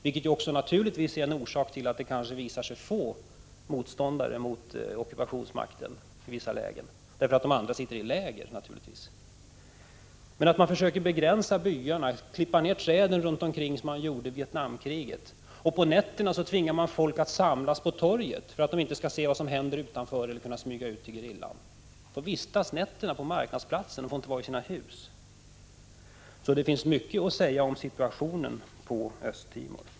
Detta är naturligtvis en orsak till att det kan visa sig få motståndare till ockupationsmakten i vissa situationer — många sitter i läger. Man försöker begränsa byarna och klippa ned träden runt byarna som skedde i Vietnamkriget. Och på nätterna tvingas folk att samlas på torget för att de inte skall se vad som händer utanför eller kunna smyga ut till gerillan. Om nätterna vistas de på marknadsplatserna, och de får inte vara i sina hus. Det finns således mycket att säga om situationen på Östra Timor.